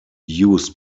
used